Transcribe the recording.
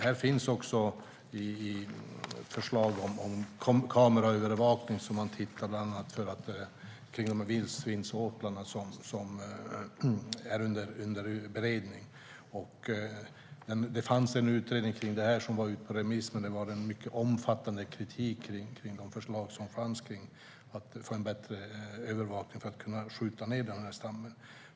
Här finns också förslag om kameraövervakning av de här vildsvinsåtlarna som är under beredning. Det fanns en utredning om detta som var ute på remiss, men det var en mycket omfattande kritik mot de förslag som fanns om att få en bättre övervakning för att kunna skjuta ned stammen.